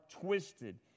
twisted